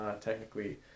technically